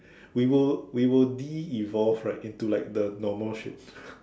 we will we will de evolve right into like the normal shit